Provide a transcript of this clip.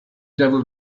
devil